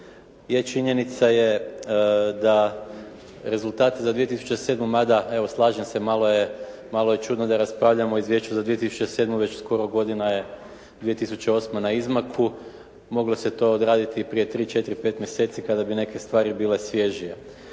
je činjenica je da rezultat za 2007. mada evo slažem se malo je čudno da raspravljamo o Izvješću za 2007., već skoro godina je 2008. na izmaku. Moglo se to odraditi i prije tri, četiri, pet mjeseci kada bi neke stvari bile svježije.